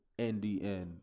NDN